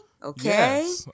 Okay